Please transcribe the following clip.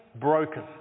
broken